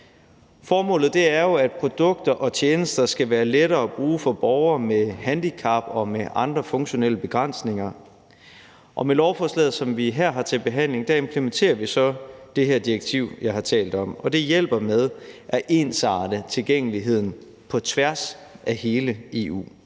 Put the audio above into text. Formålet er jo, at produkter og tjenester skal være lettere at bruge for borgere med handicap og med andre funktionelle begrænsninger. Og med lovforslaget, som vi her har til behandling, implementerer vi så det her direktiv, jeg har talt om. Og det hjælper med at ensarte tilgængeligheden på tværs af hele EU.